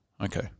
Okay